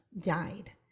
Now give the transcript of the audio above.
died